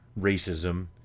racism